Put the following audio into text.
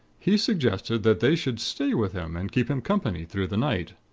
he suggested that they should stay with him, and keep him company through the night.